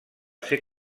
ser